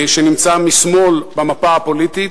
שנמצא משמאל במפה הפוליטית.